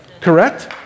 Correct